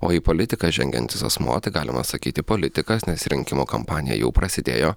o į politiką žengiantis asmuo tai galima sakyti politikas nes rinkimų kampanija jau prasidėjo